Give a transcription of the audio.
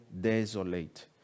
desolate